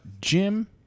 Jim